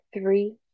three